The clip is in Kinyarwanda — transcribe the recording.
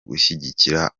gushyigikira